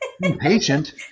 impatient